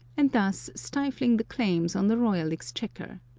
and thus stifling the claims on the royal exchequer.